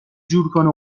جورکنه